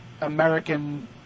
american